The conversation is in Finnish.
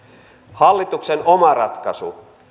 hallituksen oma ratkaisu